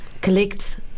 collect